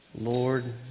Lord